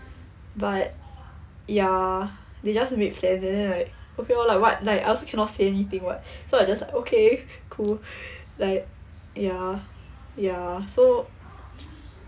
but ya they just made plans and then like okay lor like what like I also cannot say anything [what] so I just okay cool like ya ya so